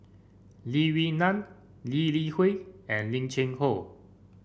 Lee Wee Nam Lee Li Hui and Lim Cheng Hoe